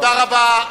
תודה רבה.